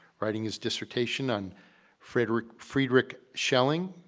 writing his dissertation on friedrich friedrich shelling,